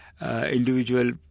individual